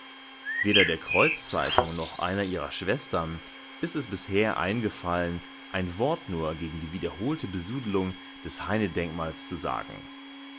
weder der kreuzzeitung noch einer ihrer schwestern ist es bisher eingefallen ein wort nur gegen die wiederholte besudelung des heine-denkmals zu sagen